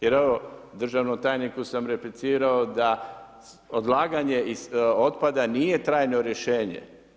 Jer evo, državnom tajniku sam replicirao da odlaganje otpada nije trajno rješenje.